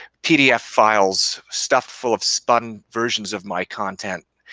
pdf files stuffed full of spun versions of my content,